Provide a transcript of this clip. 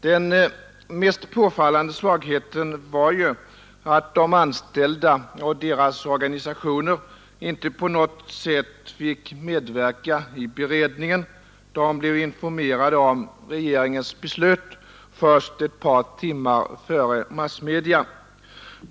Den mest påfallande svagheten var ju att de anställda och deras organisationer inte på något sätt fick medverka i beredningen. De blev informerade om regeringens beslut först ett par timmar före massmedia.